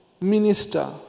minister